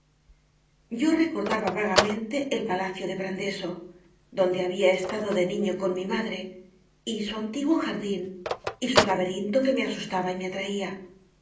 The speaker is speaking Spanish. yo recordaba vagamente el palacio de brandeso donde había estado de niño con mi madre y su antiguo jardín y su labe rinto que me asustaba y me atraía